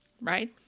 right